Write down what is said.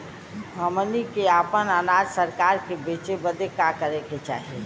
हमनी के आपन अनाज सरकार के बेचे बदे का करे के चाही?